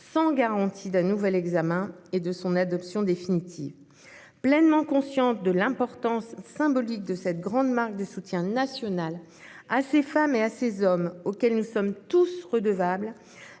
sans garantie d'un nouvel examen ni d'une adoption définitive. Pleinement consciente de l'importance symbolique de cette grande marque de soutien national à ces femmes et à ces hommes auxquels nous sommes tous redevables,